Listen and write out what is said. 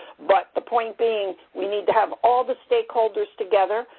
but the point being, we need to have all the stakeholders together,